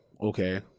okay